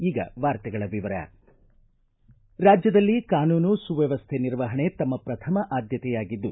ಈಗ ವಾರ್ತೆಗಳ ವಿವರ ರಾಜ್ಯದಲ್ಲಿ ಕಾನೂನು ಸುವ್ನವಸ್ಥೆ ನಿರ್ವಹಣೆ ತಮ್ಮ ಪ್ರಥಮ ಆದ್ಯತೆಯಾಗಿದ್ದು